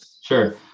Sure